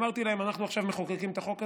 אמרתי להם: אנחנו עכשיו מחוקקים את החוק הזה,